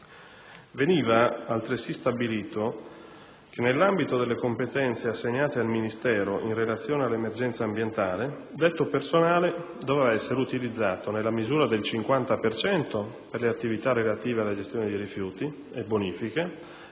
Veniva altresì stabilito che, nell'ambito delle competenze assegnate al Ministero in relazione all'emergenza ambientale, detto personale doveva essere utilizzato, nella misura del 50 per cento, per le attività relative alla gestione dei rifiuti e bonifiche